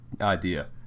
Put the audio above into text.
idea